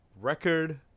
record